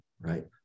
right